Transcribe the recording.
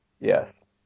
Yes